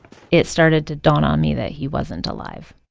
it started to dawn on me that he wasn't alive